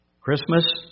Christmas